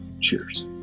Cheers